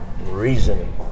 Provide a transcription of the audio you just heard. reasoning